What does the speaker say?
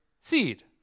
seed